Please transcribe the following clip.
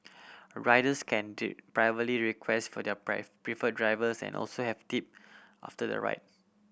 riders can do privately request for their preferred drivers and also have tip after the ride